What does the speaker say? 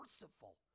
merciful